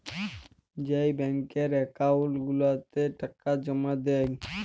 যেই ব্যাংকের একাউল্ট গুলাতে টাকা জমা দেই